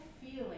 feeling